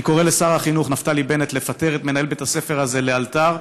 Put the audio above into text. אני קורא לשר החינוך נפתלי בנט לפטר את מנהל בית הספר הזה לאלתר,